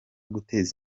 guteza